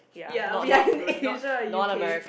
ya we are in Asia U_K